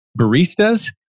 Baristas